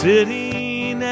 Sitting